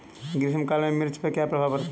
ग्रीष्म काल में मिर्च पर क्या प्रभाव पड़ता है?